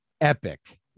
epic